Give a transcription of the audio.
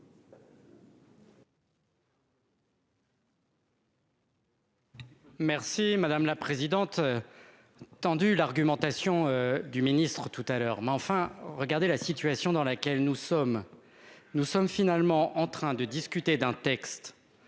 Merci madame la présidente. Tendu l'argumentation du ministre-tout à l'heure mais enfin regarder la situation dans laquelle nous sommes, nous sommes finalement en train de discuter d'un texte.